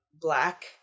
black